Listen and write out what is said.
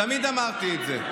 תמיד אמרתי את זה.